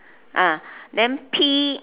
ah then P